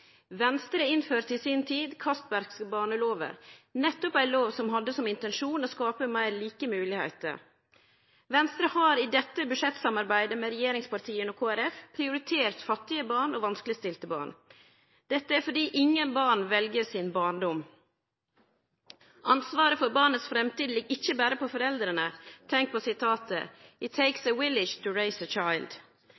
Venstre innførte i si tid dei Castbergske barnelover, lover som nettopp hadde som intensjon å skape meir like moglegheiter. Venstre har i dette budsjettsamarbeidet med regjeringspartia og Kristeleg Folkeparti prioritert fattige barn og vanskelegstilte barn. Dette er fordi ingen barn vel sin barndom. Ansvaret for barnets framtid ligg ikkje berre på foreldra. Tenk på